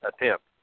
attempt